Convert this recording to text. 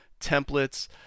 templates